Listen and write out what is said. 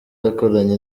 yakoranye